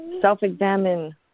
self-examine